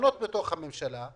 המחנות בתוך הממשלה,